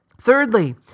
Thirdly